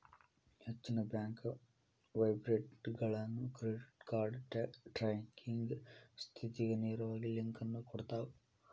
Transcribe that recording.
ಹೆಚ್ಚಿನ ಬ್ಯಾಂಕ್ ವೆಬ್ಸೈಟ್ಗಳು credit card tracking ಸ್ಥಿತಿಗ ನೇರವಾಗಿ ಲಿಂಕ್ ಅನ್ನು ಕೊಡ್ತಾವ